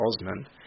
Osman